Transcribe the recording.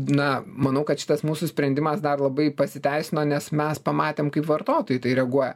na manau kad šitas mūsų sprendimas dar labai pasiteisino nes mes pamatėm kaip vartotojai į tai reaguoja